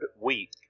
week